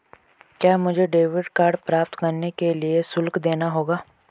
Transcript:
क्या मुझे debit card प्राप्त करने के लिए शुल्क देना होगा?